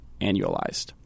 annualized